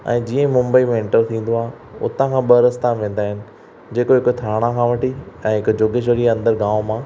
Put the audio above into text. ऐं जीअं मुम्बई मे एंटर थींदो आहे हुतां खां ॿ रस्ता वेंदा आहिनि जेको हिकु थाणा खां वठी ऐं हिकु जोगेश्वरीअ जे अंदरि गांव मां